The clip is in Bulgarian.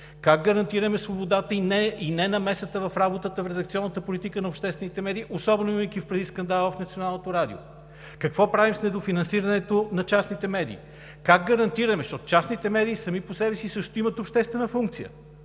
Как гарантираме свободата и ненамесата в работата в редакционната политика на обществените медии, особено имайки предвид скандала в Националното радио? Какво правим с недофинансирането на частните медии? Как гарантираме, защото частните медии сами по себе си също имат обществена функция,